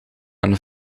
een